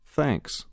thanks